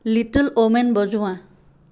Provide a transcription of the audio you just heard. little women বজোৱা